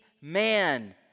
man